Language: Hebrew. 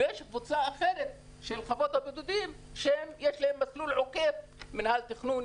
ויש קבוצה אחרת של חוות הבודדים שיש להם מסלול עוקף מנהל תכנון,